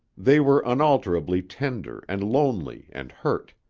they were unalterably tender and lonely and hurt.